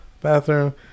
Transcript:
bathroom